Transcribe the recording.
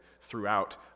throughout